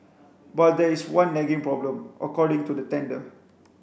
but there is one nagging problem according to the tender